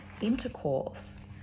intercourse